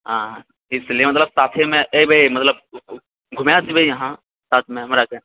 हँ इसलिए मतलब साथेमे एबै मतलब घुमाए देबै अहाँ साथमे हमराके